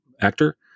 actor